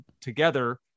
together